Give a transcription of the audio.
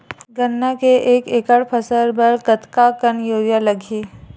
गन्ना के एक एकड़ फसल बर कतका कन यूरिया लगही?